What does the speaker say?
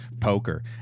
Poker